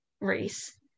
race